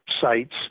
sites